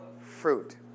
fruit